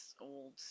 old